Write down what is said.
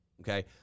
okay